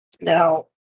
Now